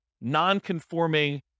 non-conforming